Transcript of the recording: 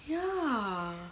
ya